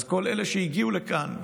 אז כל אלה שהגיעו לכאן,